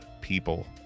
people